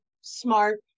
smart